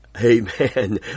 Amen